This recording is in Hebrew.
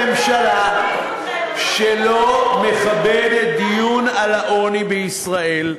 ראש הממשלה שלא מכבד דיון על העוני בישראל,